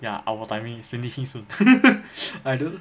ya our timing is finishing soon I don't know